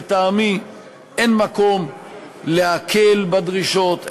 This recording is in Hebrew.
לטעמי אין מקום להקל בדרישות,